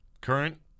Current